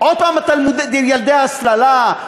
עוד פעם ילדי ההסללה,